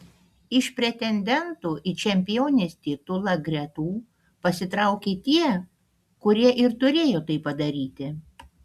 iš pretendentų į čempionės titulą gretų pasitraukė tie kurie ir turėjo tai padaryti